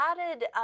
added